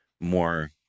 more